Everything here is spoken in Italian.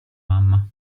mamma